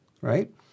right